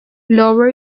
lower